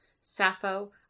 Sappho